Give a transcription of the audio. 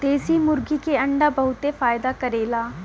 देशी मुर्गी के अंडा बहुते फायदा करेला